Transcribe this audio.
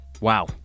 Wow